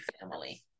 family